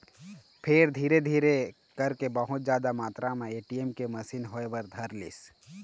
फेर धीरे धीरे करके बहुत जादा मातरा म ए.टी.एम के मसीन होय बर धरलिस